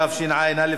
כן.